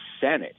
Senate